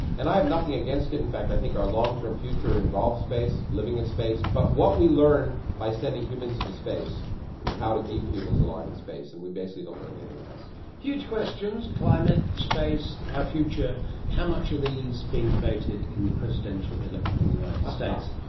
and i have nothing against it. in fact i think our long-term future involves space, living in space. but what we learn by sending humans into space is how to keep humans alive in space and we basically don't learn anything else. huge questions climate, space, our ah future how much are these being debated in the presidential election in the united states?